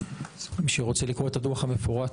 מי שרוצה לקרוא את הדוח המפורט,